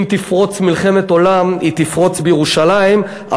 אם תפרוץ מלחמת עולם היא תפרוץ בירושלים,